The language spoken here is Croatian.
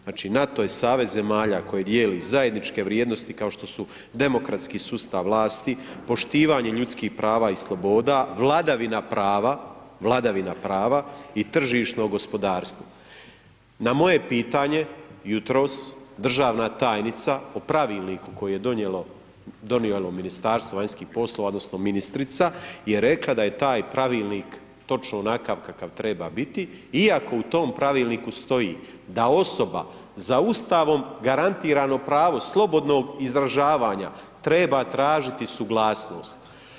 Znači NATO je savez zemalja koji dijeli zajedničke vrijednosti kao što su demokratski sustav vlasti, poštivanje ljudskih prava i sloboda, vladavina prava, vladavina prava i tržišno gospodarstvo na moje pitanje, jutros, državna tajnica, popravila koje je donijelo Ministarstvo vanjskih poslova, odnosno, ministrica, je rekla da je taj pravilnik točno onakav kakav treba biti, iako u tom pravilniku stoji, da osoba za Ustavom garantirano pravo, slobodnog izražavanja treba tražiti suglasnost.